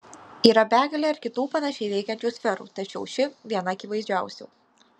yra begalė ir kitų panašiai veikiančių sferų tačiau ši viena akivaizdžiausių